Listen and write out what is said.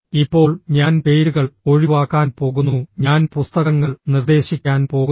ഇപ്പോൾ ഞാൻ പേരുകൾ ഒഴിവാക്കാൻ പോകുന്നു ഞാൻ പുസ്തകങ്ങൾ നിർദ്ദേശിക്കാൻ പോകുന്നു